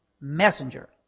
messenger